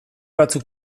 batzuk